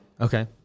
Okay